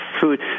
food